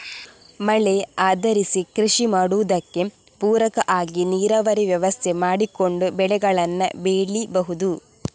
ಮಳೆ ಆಧರಿಸಿ ಕೃಷಿ ಮಾಡುದಕ್ಕೆ ಪೂರಕ ಆಗಿ ನೀರಾವರಿ ವ್ಯವಸ್ಥೆ ಮಾಡಿಕೊಂಡು ಬೆಳೆಗಳನ್ನ ಬೆಳೀಬಹುದು